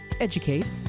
educate